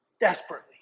desperately